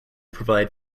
provide